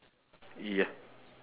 ya